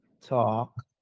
talk